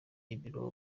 ibiro